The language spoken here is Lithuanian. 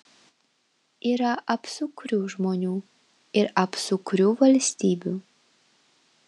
yra apsukrių žmonių ir apsukrių valstybių